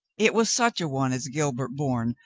it was such a one as gilbert bourne,